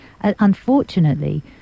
Unfortunately